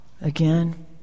again